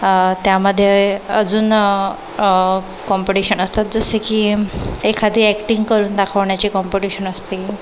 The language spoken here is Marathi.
त्यामध्ये अजून कॉम्पिटिशन असतात जसे की एखादी ॲक्टिंग करून दाखवण्याचे कॉम्पटिशन असते